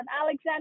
Alexander